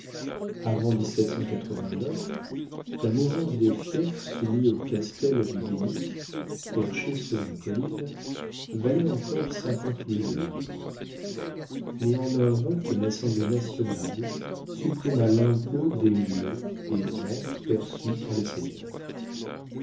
avant la mouvance des fiefs soumis au castel du guaisnic perché sur une colline valait encore cinquante mille livres mais en un vote l'assemblée nationale supprima l'impôt des lods et ventes perçus par les seigneurs